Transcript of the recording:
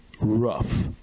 rough